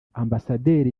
ambasaderi